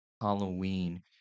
halloween